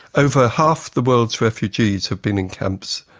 over half the world's refugees have been in camps.